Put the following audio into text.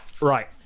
Right